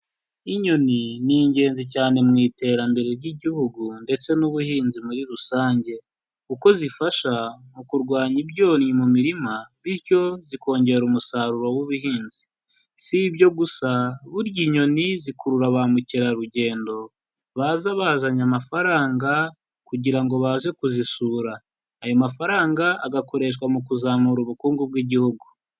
Inyoni ni ingenzi cyane mu iterambere ry'Igihugu ndetse n'ubuhinzi muri rusange kuko zifasha mu kurwanya ibyonnyi mu mirima bityo zikongera umusaruro w'ubuhinzi, si ibyo gusa burya inyoni zikurura ba mukerarugendo, baza bazanye amafaranga kugira ngo baze kuzisura, ayo mafaranga agakoreshwa mu kuzamura ubukungu bw'Igihugu.